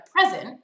present